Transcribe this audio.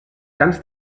cants